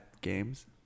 games